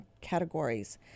categories